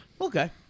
Okay